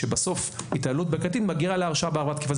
שבסוף התעללות בקטין מגיעה להרשעה בעבירת תקיפה,